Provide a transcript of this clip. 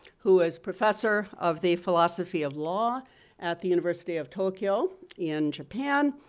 who is professor of the philosophy of law at the university of tokyo in japan.